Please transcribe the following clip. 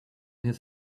his